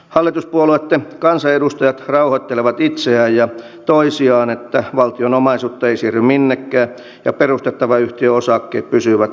hallituspuolueitten kansanedustajat rauhoittelevat itseään ja toisiaan että valtion omaisuutta ei siirry minnekään ja perustettavan yhtiön osakkeet pysyvät valtion omistuksessa